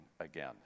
again